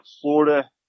Florida